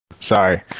Sorry